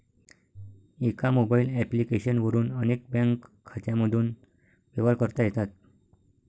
एका mobile application वरून अनेक बँक खात्यांमधून व्यवहार करता येतात